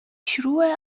شروع